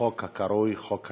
הקרוי "חוק הלאום".